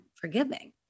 forgiving